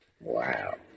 Wow